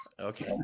Okay